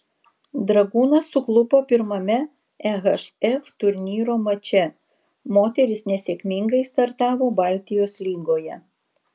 dragūnas suklupo pirmame ehf turnyro mače moterys nesėkmingai startavo baltijos lygoje